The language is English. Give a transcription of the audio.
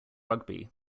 rugby